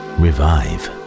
revive